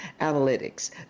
Analytics